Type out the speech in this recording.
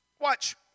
Watch